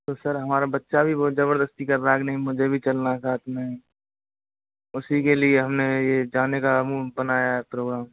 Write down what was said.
तो सर हमारा बच्चा भी बहुत जबरदस्ती कर रहा है नहीं मुझे भी चलना है साथ में उसी के लिए हमने ये जाने का मूड बनाया है प्रोग्राम